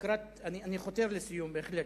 אני חותר לסיום, בהחלט,